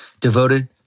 devoted